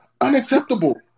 Unacceptable